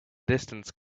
distance